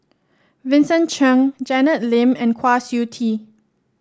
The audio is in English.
Vincent Cheng Janet Lim and Kwa Siew Tee